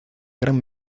gran